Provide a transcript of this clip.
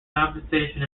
compensation